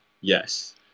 Yes